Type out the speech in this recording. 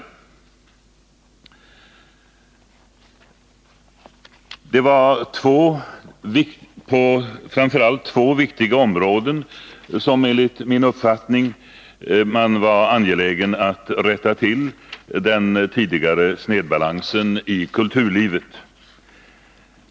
På framför allt två viktiga områden var man angelägen om att rätta till den tidigare snedbalansen i kulturlivet.